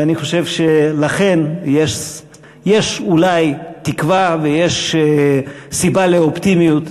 ואני חושב שלכן יש אולי תקווה ויש סיבה לאופטימיות.